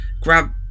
grab